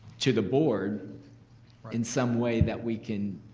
to the board in some way that we can